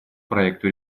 проекту